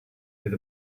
with